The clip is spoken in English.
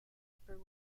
upper